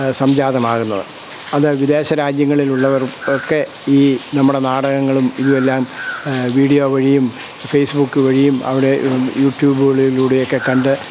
സംജാതമാകുന്നത് അത് വിദേശരാജ്യങ്ങളിലുള്ളവർകൊക്കെ ഈ നമ്മുടെ നാടകങ്ങളും ഇതുമെല്ലാം വീഡിയോ വഴിയും ഫേസ്ബുക്ക് വഴിയും അവിടെ യൂട്യൂബിലൂടെയൊക്കെ കണ്ടു